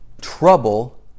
trouble